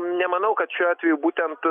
nemanau kad šiuo atveju būtent